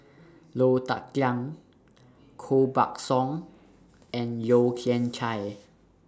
Low Thia Khiang Koh Buck Song and Yeo Kian Chye